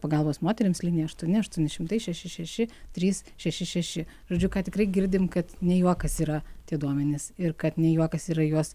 pagalbos moterims linija aštuoni aštuoni šimtai šeši šeši trys šeši šeši žodžiu ką tikrai girdim kad ne juokas yra tie duomenys ir kad ne juokas yra juos